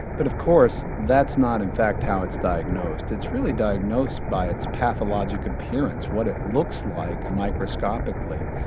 but of course that's not in fact how it's diagnosed. it's really diagnosed by its pathologic appearance, what it looks like microscopically.